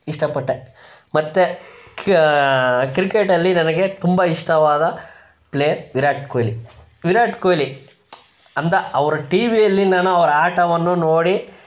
ಇಷ್ಟಪಟ್ಟೆ ಮತ್ತು ಕ್ರಿಕೇಟಲ್ಲಿ ನನಗೆ ತುಂಬ ಇಷ್ಟವಾದ ಪ್ಲೇಯ್ರ್ ವಿರಾಟ್ ಕೊಯ್ಲಿ ವಿರಾಟ್ ಕೊಯ್ಲಿ ಅಂತ ಅವ್ರು ಟಿವಿಯಲ್ಲಿ ನಾನು ಅವ್ರ ಆಟವನ್ನು ನೋಡಿ